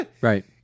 Right